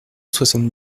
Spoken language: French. soixante